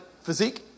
physique